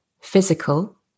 physical